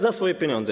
Za swoje pieniądze.